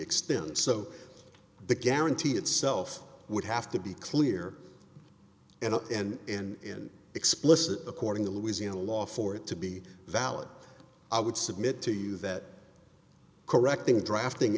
extends so the guarantee itself would have to be clear enough and in explicit according to louisiana law for it to be valid i would submit to you that correcting drafting